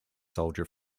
soldier